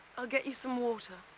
i'll get you some water.